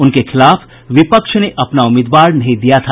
उनके खिलाफ विपक्ष ने अपना उम्मीदवार नहीं दिया था